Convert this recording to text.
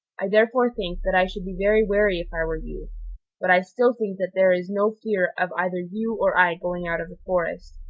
i therefore think that i should be very wary if i were you but i still think that there is no fear of either you or i going out of the forest,